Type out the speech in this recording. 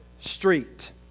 street